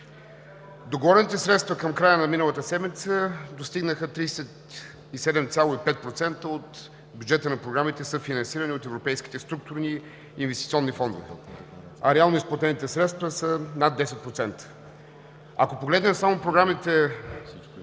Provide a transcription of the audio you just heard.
Договорените средства към края на миналата седмица достигнаха 37,5% от бюджета на програмите, съфинансирани от европейските структурни и инвестиционни фондове, а реално изплатените средства са над 10%. Ако погледнем само програмите